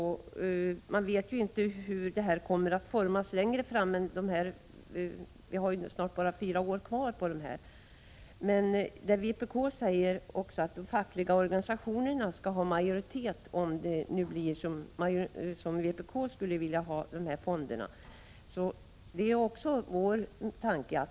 Man vet ju inte hur systemet kommer att formas längre fram, för vi har snart bara fyra år kvar av perioden. Vpk säger också att de fackliga organisationerna skall ha majoritet, om det blir som vpk skulle vilja ha det med fonderna. Det är också vår tanke.